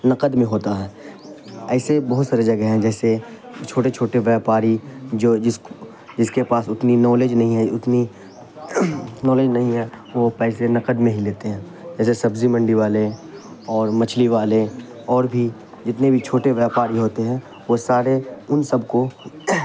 نقد میں ہوتا ہے ایسے بہت سارے جگہ ہیں جیسے چھوٹے چھوٹے ویپاری جو جس جس کے پاس اتنی نالج نہیں ہے اتنی نالج نہیں ہے وہ پیسے نقد میں ہی لیتے ہیں جیسے سبزی منڈی والے اور مچھلی والے اور بھی جتنے بھی چھوٹے ویپاری ہوتے ہیں وہ ساڑے ان سب کو